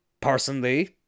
personally